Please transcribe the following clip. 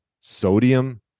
sodium